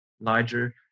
larger